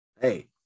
hey